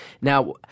Now